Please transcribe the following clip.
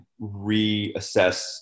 reassess